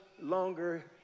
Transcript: longer